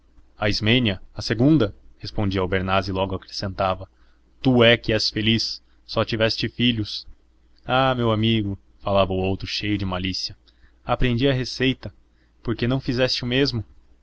a ismênia a segunda respondia albernaz e logo acrescentava tu é que és feliz só tiveste filhos ah meu amigo falava o outro cheio de malícia aprendi a receita por que não fizeste o mesmo